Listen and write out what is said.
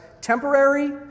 temporary